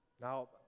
Now